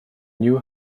knew